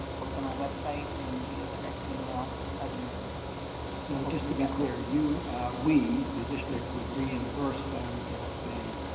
both on our website and via direct email by the end of this week. so just to be clear, we, the district, would reimburse them if they,